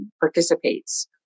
participates